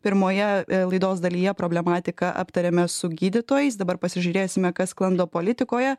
pirmoje laidos dalyje problematiką aptarėme su gydytojais dabar pasižiūrėsime kas sklando politikoje